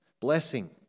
blessing